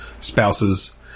spouses